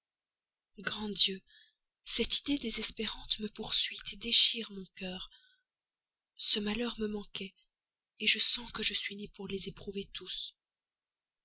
grand dieu cette idée désespérante me poursuit déchire mon cœur ce malheur me manquait je sens que je suis née pour les éprouver tous